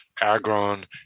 Agron